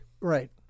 Right